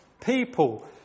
people